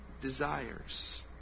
desires